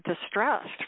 distressed